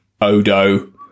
Odo